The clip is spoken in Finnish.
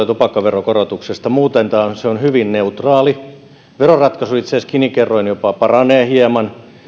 tupakkaveron korotuksesta muuten se on hyvin neutraali veroratkaisulla itse asiassa gini kerroin jopa paranee hieman